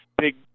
Big